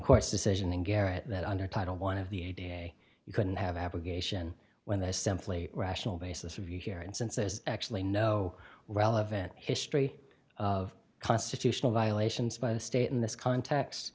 court's decision in garrett that under title one of the a day you couldn't have abrogation when they simply rational basis of you here and since there's actually no relevant history of constitutional violations by the state in this context